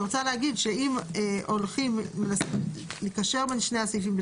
אני רוצה להגיד שאם הולכים לקשר בין שני הסעיפים,